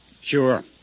Sure